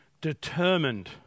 determined